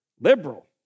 Liberal